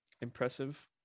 impressive